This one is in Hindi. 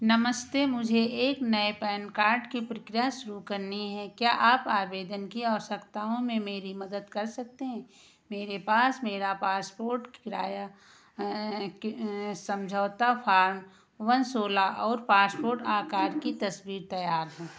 नमस्ते मुझे एक नए पैन कार्ड की प्रक्रिया शुरू करनी है क्या आप आवेदन की आवश्यकताओं में मेरी मदद कर सकते हैं मेरे पास मेरा पासपोर्ट किराया समझौता फॉर्म वन सोलह और पासपोर्ट आकार की तस्वीर तैयार है